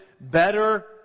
better